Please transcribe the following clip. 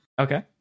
Okay